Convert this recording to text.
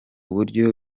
buryo